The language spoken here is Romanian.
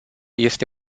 este